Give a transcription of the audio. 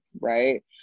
right